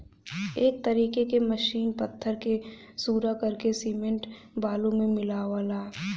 एक तरीके की मसीन पत्थर के सूरा करके सिमेंट बालू मे मिलावला